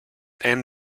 and